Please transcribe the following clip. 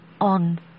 on